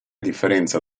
differenza